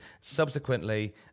Subsequently